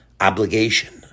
obligation